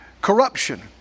corruption